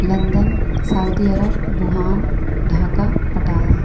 London Saudi Arab Wuhan Dhaka Pattaya